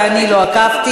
ואני לא עקבתי,